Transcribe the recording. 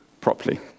properly